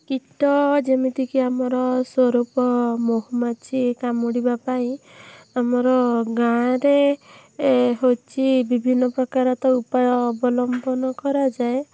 କୀଟ ଯେମିତିକି ଆମର ସ୍ଵରୂପ ମହୁମାଛି କାମୁଡ଼ିବା ପାଇଁ ଆମର ଗାଁରେ ହେଉଛି ବିଭିନ୍ନପ୍ରକାର ତ ଉପାୟ ଅବଲମ୍ବନ କରାଯାଏ